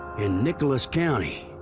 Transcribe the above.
in nicholas county.